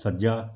ਸੱਜਾ